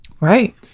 right